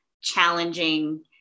challenging